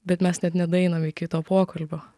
bet mes net nedaeinam iki to pokalbio